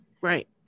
Right